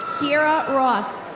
kiara ross.